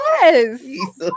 Yes